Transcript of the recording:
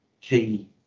key